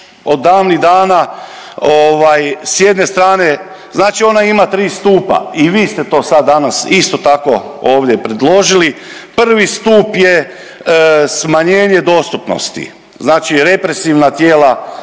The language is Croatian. od davnih dana ovaj, s jedne strane, znači ona ima 3 stupa, i vi ste to sad danas isto tako, ovdje predložili, prvi stup je smanjenje dostupnosti, znači represivna tijela